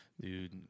Dude